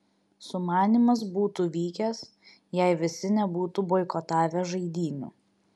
sumanymas būtų vykęs jei visi nebūtų boikotavę žaidynių